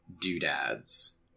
doodads